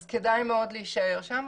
אז כדאי מאוד להישאר שם.